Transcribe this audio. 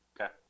Okay